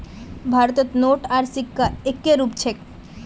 भारतत नोट आर सिक्कार एक्के रूप छेक